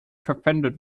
verpfändet